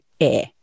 air